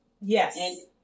Yes